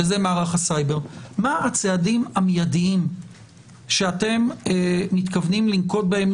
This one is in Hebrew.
שזה מערך הסייבר - מה הצעדים המיידיים שאתם מתכוונים לנקוט בהם,